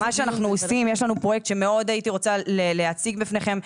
יש לנו פרויקט שמאוד הייתי רוצה להציג בפניכם.